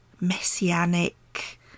messianic